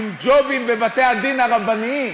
לג'ובים בבתי-הדין הרבניים.